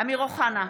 אמיר אוחנה,